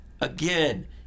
again